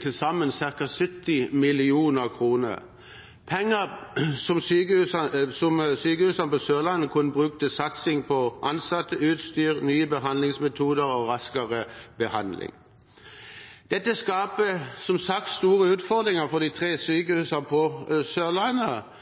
til sammen trolig ca. 70 mill. kr – penger som sykehusene på Sørlandet kunne brukt til satsing på ansatte, utstyr, nye behandlingsmetoder og raskere behandling. Dette skaper som sagt store utfordringer for de tre sykehusene på Sørlandet.